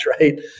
right